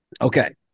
Okay